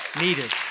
needed